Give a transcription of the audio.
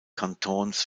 kantons